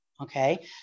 okay